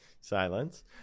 Silence